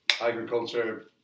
agriculture